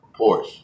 Porsche